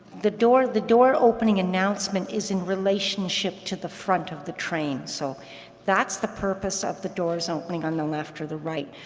the door the door opening announcement is in relationship to the front of the train. so that's the purpose of the doors opening on the left or the right.